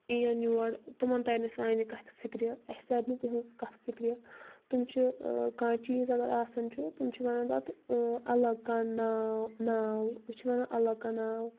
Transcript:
یِین یور تِمن ترِ نہٕ سانہِ کتھٕ فکرِ اسہِ ترِ نہٕ تِہنٛز کتھ فکرِ تِم چھِ کانٛہہ چیٖز اگر آسان چھُ تِم چھِ ونان تتھ الگ کانٛہہ ناو ناو أسۍ چھِ ونان الگ کانٛہہ ناو